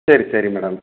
சரி சரி மேடம்